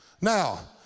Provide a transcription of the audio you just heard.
Now